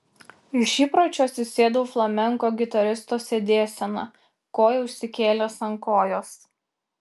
iš įpročio atsisėdau flamenko gitaristo sėdėsena koją užsikėlęs ant kojos